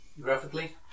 Graphically